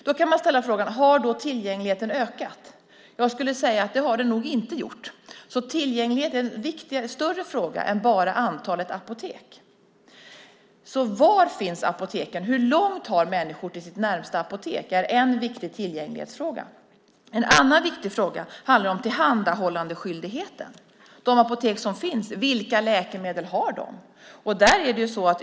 Då kan man ställa frågan: Har då tillgängligheten ökat? Jag skulle säga att det har den nog inte gjort. Tillgänglighet är en större fråga än bara antalet apotek. Var finns apoteken? Hur långt har människor till sitt närmaste apotek? Det är viktiga tillgänglighetsfrågor. En annan viktig fråga handlar om tillhandahållandeskyldigheten. Vilka läkemedel har de apotek som finns?